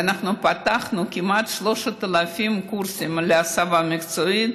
ואנחנו פתחנו כמעט 3,000 קורסים להסבה מקצועית,